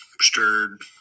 stirred